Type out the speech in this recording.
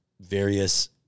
various